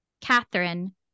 Catherine